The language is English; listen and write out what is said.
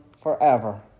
forever